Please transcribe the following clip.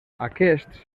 aquests